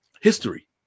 history